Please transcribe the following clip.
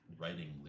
writing